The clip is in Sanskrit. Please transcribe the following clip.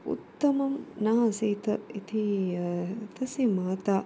उत्तमं न आसीत् इति तस्य माता